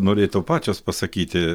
norėtų pačios pasakyti